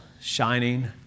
shining